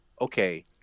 okay